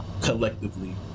collectively